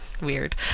weird